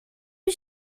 wie